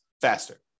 faster